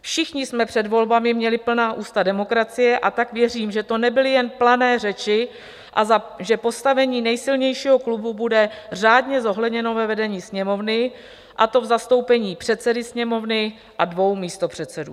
Všichni jsme před volbami měli plná ústa demokracie, a tak věřím, že to nebyly jen plané řeči a že postavení nejsilnějšího klubu bude řádně zohledněno ve vedení Sněmovny, a to v zastoupení předsedy Sněmovny a dvou místopředsedů.